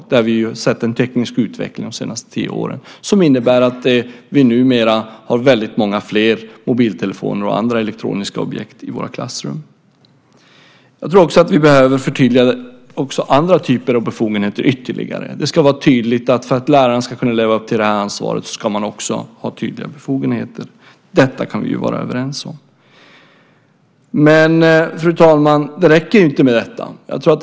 De senaste tio åren har vi sett en teknisk utveckling som innebär att vi numera har många fler mobiltelefoner och andra elektroniska objekt i klassrummen. Jag tror att vi också ytterligare behöver förtydliga andra typer av befogenheter. För att läraren ska kunna leva upp till ansvaret ska man också ha tydliga befogenheter. Där kan vi vara överens. Det räcker inte med detta.